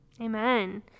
Amen